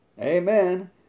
Amen